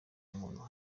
umuntu